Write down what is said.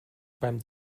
beim